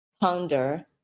ponder